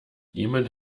jemand